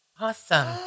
Awesome